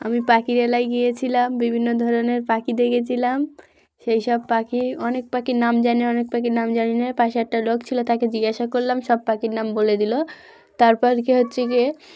আমি পাখিরালয় গিয়েছিলাম বিভিন্ন ধরনের পাখি দেখেছিলাম সেই সব পাখি অনেক পাখির নাম জানি অনেক পাখির নাম জানি না পাশে একটা লোক ছিলো তাকে জিজ্ঞাসা করলাম সব পাখির নাম বলে দিলো তারপর কি হচ্ছে গিয়ে